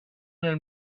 nel